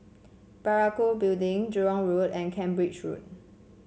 Parakou Building Jurong Road and Cambridge Road